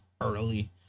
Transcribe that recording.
early